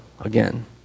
again